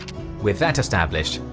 with that established,